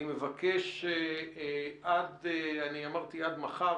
אני מבקש שעד אני אמרתי עד מחר,